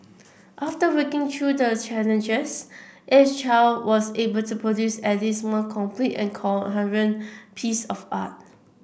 after working through the challenges each child was able to produce at least one complete and coherent piece of art